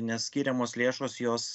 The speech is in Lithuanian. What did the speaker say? nes skiriamos lėšos jos